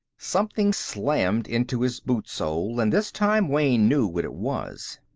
something slammed into his boot sole, and this time wayne knew what it was.